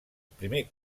primer